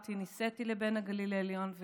שבגרתי נישאתי לבין הגליל העליון,